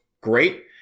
great